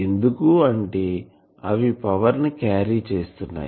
ఎందుకు అంటే అవి పవర్ ని క్యారీ చేస్తున్నాయి